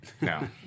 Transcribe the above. No